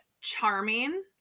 charming